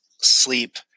sleep